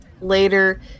later